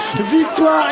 victoire